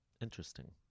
Interesting